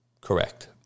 correct